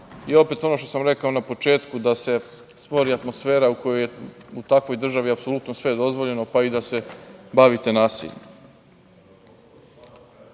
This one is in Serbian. i opet ono što sam rekao na početku, da se stvori atmosfera u kojoj je u takvoj državi apsolutno sve dozvoljeno, pa i da se bavite nasiljem. Nisam